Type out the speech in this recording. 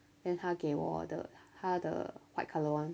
then 他给我的他的 white colour [one]